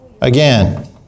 Again